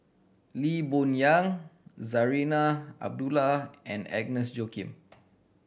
Lee Boon Yang Zarinah Abdullah and Agnes Joaquim